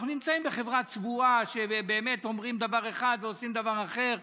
אנחנו נמצאים באמת בחברה צבועה שאומרים דבר אחד ועושים דבר אחר.